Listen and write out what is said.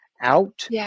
out